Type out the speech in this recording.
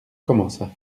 commença